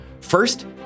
First